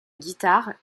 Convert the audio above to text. guitare